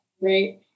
right